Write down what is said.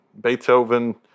Beethoven